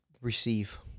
receive